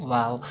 Wow